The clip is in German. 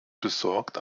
besorgt